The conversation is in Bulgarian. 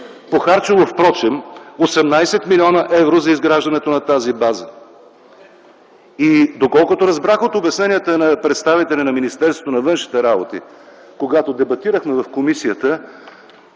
похарчило впрочем 18 млн.евро за нейното изграждане. Доколкото разбрах от обясненията на представителя на Министерството на външните работи, когато дебатирахме в комисията